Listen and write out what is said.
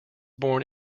born